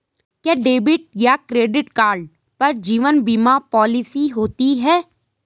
क्या डेबिट या credit card पर जीवन बीमा पॉलिसी होती है?